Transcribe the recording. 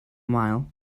mile